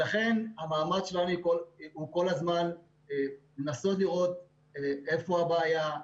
ולכן המאמץ שלנו הוא כל הזמן לנסות לראות איפה הבעיה.